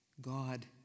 God